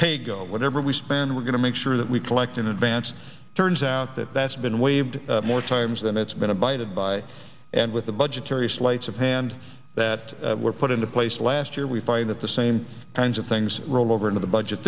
pay go whatever we spend we're going to make sure that we collect in advance turns out that that's been waived more times than it's been abided by and with the budgetary sleights of hand that were put into place last year we find that the same kinds of things roll over into the budget